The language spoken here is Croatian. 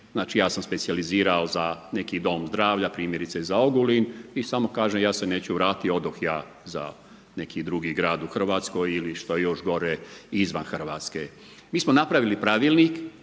znači ja sam specijalizirao za neki dom zdravlja, primjerice za Ogulin i samo kažem ja se neću vratiti, odoh ja za neki drugi grad u Hrvatskoj ili što je još gore. izvan Hrvatske. Mi smo napravili pravilnik